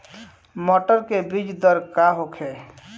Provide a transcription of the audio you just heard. मटर के बीज दर का होखे?